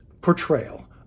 portrayal